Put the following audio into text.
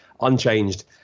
unchanged